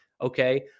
okay